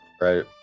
Right